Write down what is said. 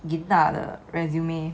的 resume